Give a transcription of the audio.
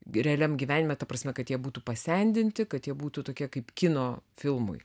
realiam gyvenime ta prasme kad jie būtų pasendinti kad jie būtų tokie kaip kino filmui